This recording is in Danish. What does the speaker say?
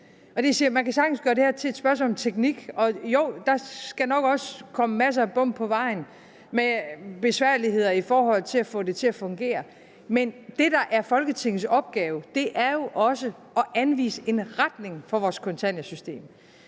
Man kan sagtens gøre det her til et spørgsmål om teknik. Jo, der skal nok også komme masser af bump på vejen med besværligheder, når man skal have det til at fungere, men det, der er Folketingets opgave, er jo også at anvise en retning for vores kontanthjælpssystem.